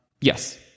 yes